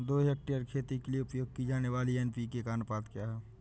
दो हेक्टेयर खेती के लिए उपयोग की जाने वाली एन.पी.के का अनुपात क्या है?